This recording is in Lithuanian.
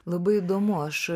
labai įdomu aš